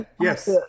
Yes